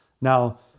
now